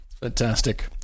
Fantastic